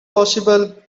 possible